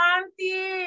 Auntie